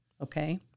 Okay